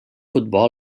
futbol